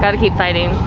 to keep fighting,